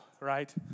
right